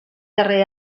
darrer